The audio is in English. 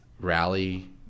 rally